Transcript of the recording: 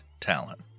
talent